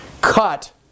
cut